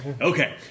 Okay